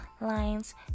lines